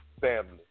family